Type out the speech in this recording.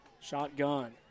Shotgun